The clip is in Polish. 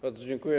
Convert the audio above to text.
Bardzo dziękuję.